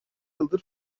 yıldır